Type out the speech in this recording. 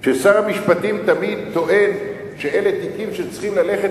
ששר המשפטים תמיד טוען שאלה תיקים שצריכים ללכת